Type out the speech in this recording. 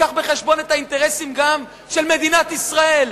בחשבון גם את האינטרסים של מדינת ישראל,